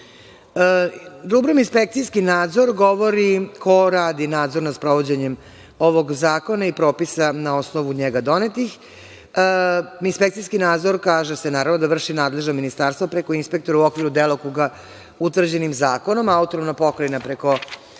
Rubrum inspekcijski nadzor govori ko radi nadzorno sprovođenje ovog zakona i propisa na osnovu njega donetih. Inspekcijski nadzor kaže se da vrši nadležno ministarstvo preko inspektora u okviru delokruga utvrđenim zakonom, a AP preko građevinske inspekcije